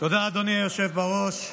אדוני היושב בראש.